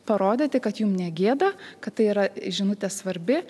parodyti kad jum negėda kad tai yra žinutė svarbi